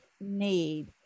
need